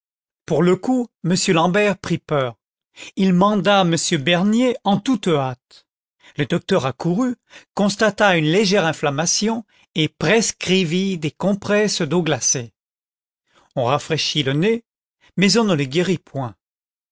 pour le coup m l'ambert prit peur il mandas m bernier en toute hâte le docteur accourut constata une légère inflammation et prescrivit des compresses d'eau glacée on rafraîchit le nez mais on ne le guérit point